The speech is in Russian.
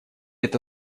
эта